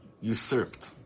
Usurped